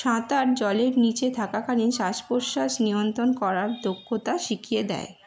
সাঁতার জলের নিচে থাকাকালীন শ্বাস প্রশ্বাস নিয়ন্তণ করার দক্ষতা শিখিয়ে দেয়